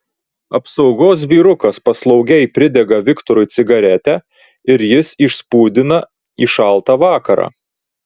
apsaugos vyrukas paslaugiai pridega viktorui cigaretę ir jis išspūdina į šaltą vakarą